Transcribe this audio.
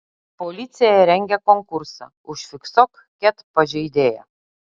policija rengia konkursą užfiksuok ket pažeidėją